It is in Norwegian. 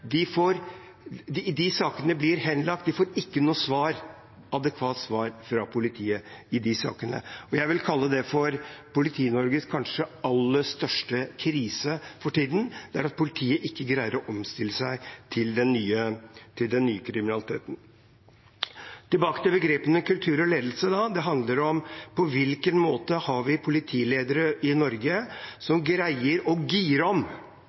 sakene blir henlagt, de får ikke noe adekvat svar fra politiet i de sakene. Jeg vil kalle det for Politi-Norges kanskje aller største krise for tiden, at politiet ikke greier å omstille seg til den nye kriminaliteten. Tilbake til begrepene «kultur» og «ledelse»: Det handler om på hvilken måte vi har politiledere i Norge som greier å gire om,